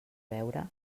veure